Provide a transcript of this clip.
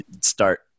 start